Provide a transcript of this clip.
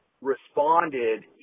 responded